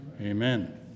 Amen